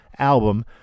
album